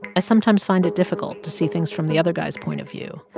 i sometimes find it difficult to see things from the other guy's point of view.